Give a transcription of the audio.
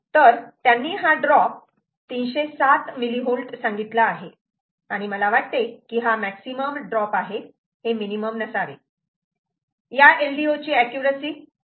तर त्यांनी हा ड्रॉप 307 mV सांगितला आहे आणि मला वाटते की हा मॅक्सिमम ड्रॉप आहे हे मिनिमम नसावे या LDO ची अॅक्युरॅसी 2